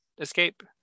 escape